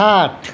आठ